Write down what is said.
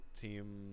Team